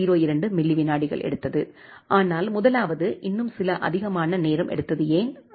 02 milli விநாடிகள் எடுத்தது ஆனால் முதலாவது இன்னும் சில அதிகமான நேரம் எடுத்தது ஏன் அது ஏன்